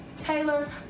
Taylor